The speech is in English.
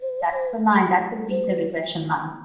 that's the line. that would be the regression line.